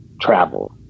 travel